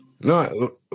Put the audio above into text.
No